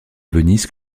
venise